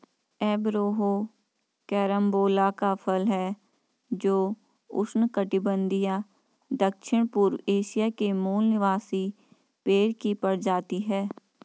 Averrhoa carambola का फल है जो उष्णकटिबंधीय दक्षिणपूर्व एशिया के मूल निवासी पेड़ की प्रजाति है